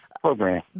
program